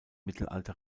mittelalter